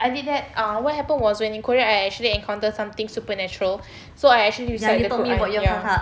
I did that uh what happened was when in korea I actually encounter some things supernatural so I actually recite the quran ya